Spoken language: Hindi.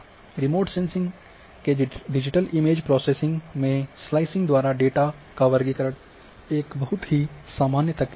रिमोट सेंसिंग डेटा के डिजिटल इमेज प्रोसेसिंग में स्लाइसिंग द्वारा डेटा का वर्गीकरण एक बहुत ही सामान्य तकनीक है